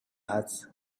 hearts